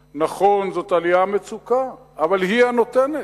נכון, זאת עליית מצוקה, אבל היא הנותנת.